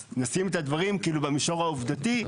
אז נשים את הדברים במישור העובדתי.